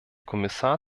kommissar